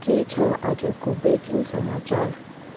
के छ आजको ब्रेकिङ समाचार